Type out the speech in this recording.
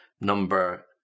number